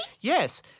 Yes